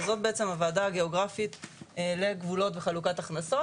וזאת בעצם הוועדה הגיאוגרפית לגבולות וחלוקת הכנסות.